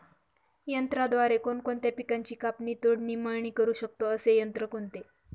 यंत्राद्वारे कोणकोणत्या पिकांची कापणी, तोडणी, मळणी करु शकतो, असे यंत्र कोणते?